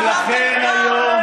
ולכן היום,